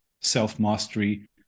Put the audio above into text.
self-mastery